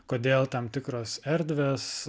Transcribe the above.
kodėl tam tikros erdvės